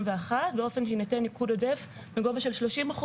באופן שיינתן ניקוד עודף בגובה של 30%,